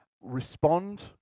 respond